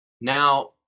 Now